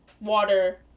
water